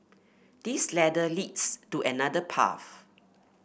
this ladder leads to another path